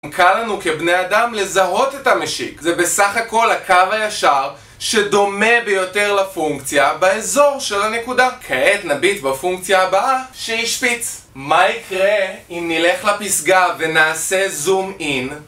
קל לנו כבני אדם לזהות את המשיק זה בסך הכל הקו הישר שדומה ביותר לפונקציה באזור של הנקודה כעת נביט בפונקציה הבאה שהיא שפיץ מה יקרה אם נלך לפסגה ונעשה זום אין?